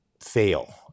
fail